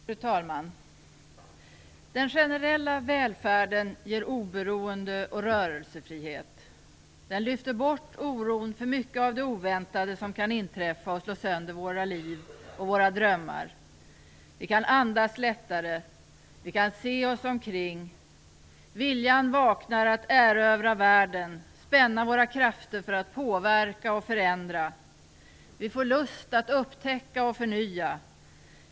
Fru talman! Den generella välfärden ger oberoende och rörelsefrihet. Den lyfter bort oron för mycket av det oväntade som kan inträffa och slå sönder våra liv och våra drömmar. Vi kan andas lättare. Vi kan se oss omkring. Viljan vaknar att erövra världen, spänna våra krafter för att påverka och förändra. Vi får lust att upptäcka och förnya.